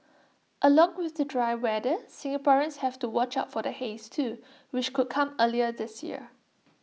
along with the dry weather Singaporeans have to watch out for the haze too which could come earlier this year